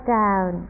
down